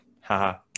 haha